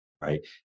right